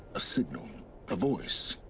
a signal a voice.